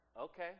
okay